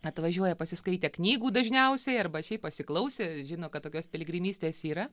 atvažiuoja pasiskaitę knygų dažniausiai arba šiaip pasiklausę žino kad tokios piligrimystės yra